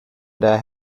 der